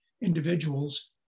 individuals